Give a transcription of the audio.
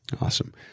Awesome